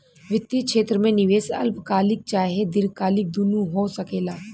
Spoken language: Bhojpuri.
वित्तीय क्षेत्र में निवेश अल्पकालिक चाहे दीर्घकालिक दुनु हो सकेला